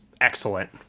excellent